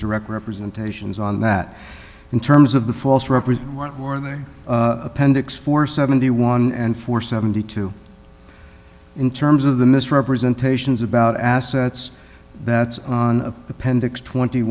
direct representations on that in terms of the false represent what were their appendix for seventy one and for seventy two in terms of the misrepresentations about assets that appendix twenty